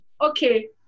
Okay